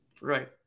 Right